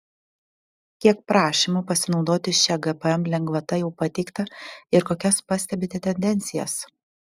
kiek prašymų pasinaudoti šia gpm lengvata jau pateikta ir kokias pastebite tendencijas